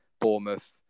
Bournemouth